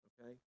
okay